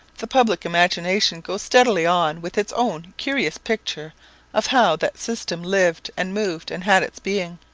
the public imagination goes steadily on with its own curious picture of how that system lived and moved and had its being.